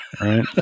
right